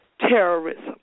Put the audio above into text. terrorism